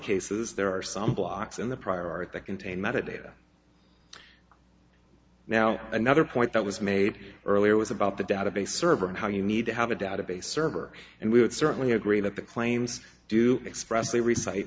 cases there are some blocks in the prior art that contain metadata now another point that was made earlier was about the database server and how you need to have a database server and we would certainly agree that the claims do express a reciting